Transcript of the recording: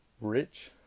Rich